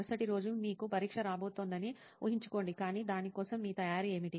మరుసటి రోజు మీకు పరీక్ష రాబోతోందని ఊహించుకోండి కానీ దాని కోసం మీ తయారీ ఏమిటి